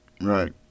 Right